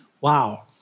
Wow